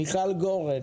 מיכל גורן